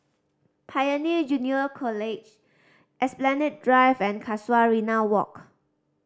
Pioneer Junior College Esplanade Drive and Casuarina Walk